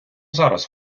зараз